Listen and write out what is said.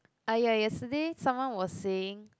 ah ya yesterday someone was saying